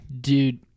Dude